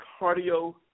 Cardio